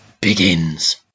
begins